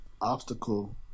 obstacle